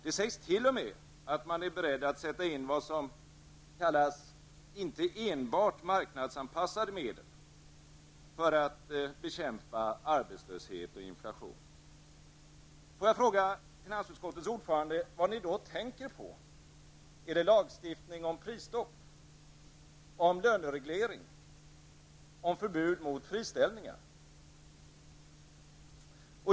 Det sägs t.o.m. att man är beredd att sätta in det som inte enbart kallas marknadsanpassade medel för att bekämpa arbetslöshet och inflation. Får jag fråga finansutskottets ordförande vad ni då tänker på -- är det på lagstiftning om prisstopp, på lönereglering eller på förbud mot friställningar?